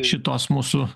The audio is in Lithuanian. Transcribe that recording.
šitos mūsų